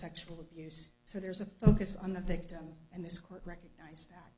sexual abuse so there's a focus on the victim and this court recognize